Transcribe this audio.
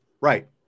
Right